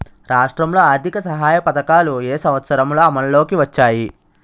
రాష్ట్రంలో ఆర్థిక సహాయ పథకాలు ఏ సంవత్సరంలో అమల్లోకి వచ్చాయి?